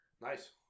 Nice